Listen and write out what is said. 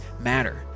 matter